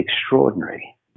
extraordinary